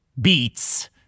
beats